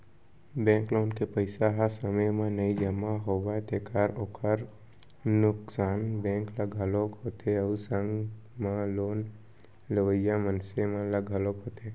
bank loan के पइसा ह समे म नइ जमा होवय तेखर ओखर नुकसान बेंक ल घलोक होथे अउ संग म लोन लेवइया मनसे ल घलोक होथे